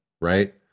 right